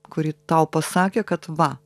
kuri tau pasakė kad va